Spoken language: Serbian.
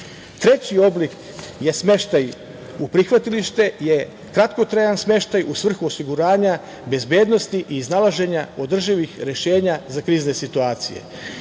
oblik je smeštaj u prihvatilište. To je kratkotrajan smeštaj u svrhu osiguranja bezbednosti i iznalaženja održivih rešenja za krizne situacije. Svi